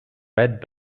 red